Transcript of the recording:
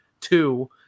two